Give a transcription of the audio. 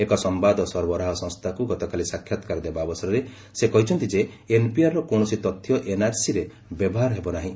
ଏକ ସମ୍ଘାଦ ସରବରାହ ସଂସ୍ଥାକୁ ଗତକାଲି ସାକ୍ଷାତକାର ଦେବା ଅବସରରେ ସେ କହିଛନ୍ତି ଯେ ଏନ୍ପିଆରର କୌଣସି ତଥ୍ୟ ଏନ୍ଆର୍ସିରେ ବ୍ୟବହାର ହେବ ନାହିଁ